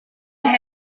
and